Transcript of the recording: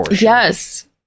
Yes